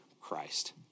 Christ